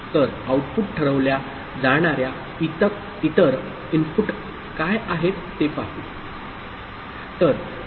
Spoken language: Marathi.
तर आऊटपुट ठरवल्या जाणार्या इतर इनपुट काय आहेत ते पाहू